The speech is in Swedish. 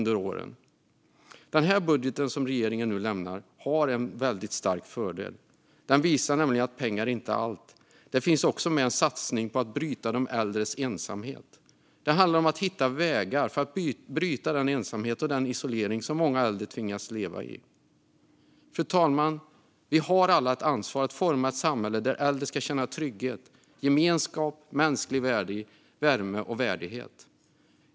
Den budget regeringen nu har lagt fram har en väldigt stark fördel: Den visar att pengar inte är allt genom att det finns med en satsning på att bryta äldres ensamhet. Det handlar om att hitta vägar för att bryta den ensamhet och isolering som många äldre tvingas leva i. Fru talman! Vi har alla ett ansvar att forma ett samhälle där äldre ska känna trygghet, gemenskap, mänsklig värme och värdighet.